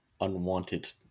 unwanted